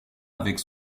avec